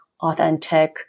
authentic